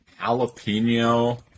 jalapeno